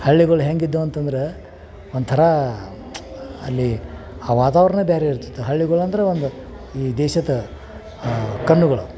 ಹಳ್ಳಿಗಳು ಹೆಂಗಿದ್ದವು ಅಂತಂದ್ರೆ ಒಂಥರ ಅಲ್ಲಿ ಆ ವಾತಾವರಣ ಬೇರೆ ಇರ್ತಿತ್ತು ಹಳ್ಳಿಗಳು ಅಂದ್ರೆ ಒಂದು ಈ ದೇಶದ ಕಣ್ಣುಗಳು